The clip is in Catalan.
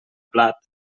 plat